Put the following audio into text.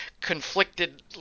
conflicted